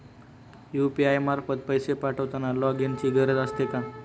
UPI मार्फत पैसे पाठवताना लॉगइनची गरज असते का?